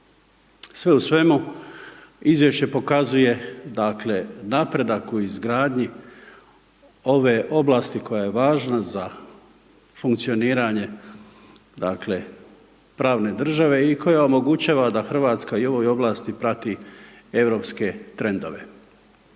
Sve u svemu izvješće pokazuje dakle napredak u izgradnji ove oblasti koja je važna za funkcioniranje dakle pravne države i koja omogućava da Hrvatska i u ovoj ovlasti prati europske trendove.